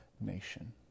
nation